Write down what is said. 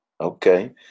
okay